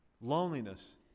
loneliness